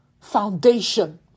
foundation